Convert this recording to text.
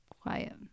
quiet